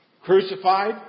Crucified